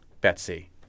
Betsy